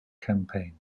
campaign